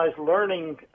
learning